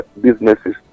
businesses